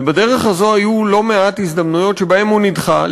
ובדרך הזו היו לא מעט הזדמנויות שבהן הוא נדחה.